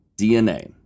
DNA